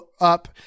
up